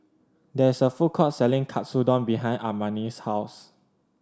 there is a food court selling Katsudon behind Armani's house